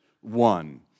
one